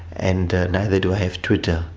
and neither do i have twitter.